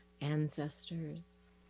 ancestors